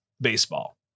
Baseball